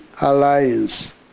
alliance